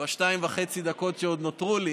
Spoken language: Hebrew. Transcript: בשתיים וחצי דקות שעוד נותרו לי.